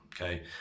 okay